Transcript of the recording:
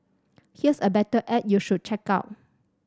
here's a better ad you should check out